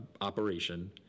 operation